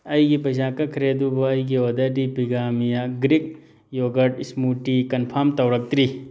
ꯑꯩꯒꯤ ꯄꯩꯁꯥ ꯀꯛꯈ꯭ꯔꯦ ꯑꯗꯨꯕꯨ ꯑꯩꯒꯤ ꯑꯣꯗꯔꯗꯤ ꯄꯤꯒꯥꯃꯤꯌꯥ ꯒ꯭ꯔꯤꯛ ꯌꯣꯒꯔꯠ ꯏꯁꯃꯨꯇꯤ ꯀꯟꯐꯥꯝ ꯇꯧꯔꯛꯇ꯭ꯔꯤ